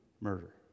murder